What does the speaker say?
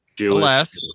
alas